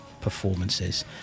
performances